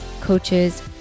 coaches